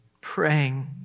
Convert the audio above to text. praying